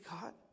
God